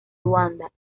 ruanda